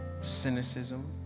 cynicism